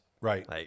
Right